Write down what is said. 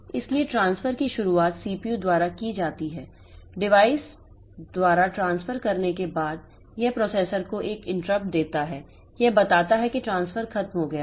इसलिए ट्रांसफर की शुरुआत सीपीयू द्वारा की जाती है डिवाइस द्वारा ट्रांसफर करने के बाद यह प्रोसेसर को एक इंटरप्ट देता है यह बताता है कि ट्रांसफर खत्म हो गया है